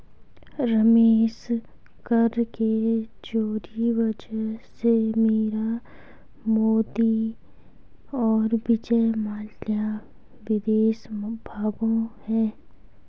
रमेश कर के चोरी वजह से मीरा मोदी और विजय माल्या विदेश भागें हैं